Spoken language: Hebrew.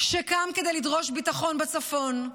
שקם כדי לדרוש ביטחון בצפון.